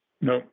No